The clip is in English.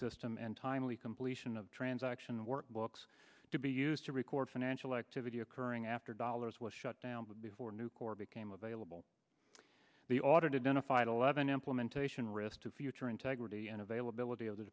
system and timely completion of transaction workbooks to be used to record financial activity occurring after dollars was shut down but before nucor became available the audited benefit eleven implementation risk to future integrity and availability of the